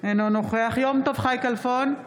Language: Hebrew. אינו נוכח יום טוב חי כלפון,